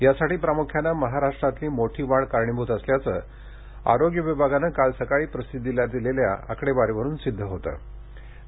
यासाठी प्रामुख्यानं महाराष्ट्रातील मोठी वाढ कारणीभूत असल्याचं आरोग्य विभागानं काल सकाळी प्रसिद्धीला दिलेल्या आकडेवारीवरून सिद्ध होतं